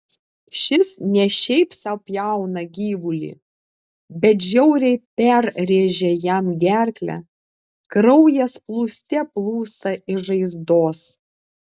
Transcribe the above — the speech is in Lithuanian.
šis ne šiaip sau pjauna gyvulį bet žiauriai perrėžia jam gerklę kraujas plūste plūsta iš žaizdos